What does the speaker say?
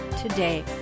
today